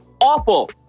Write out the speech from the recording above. Awful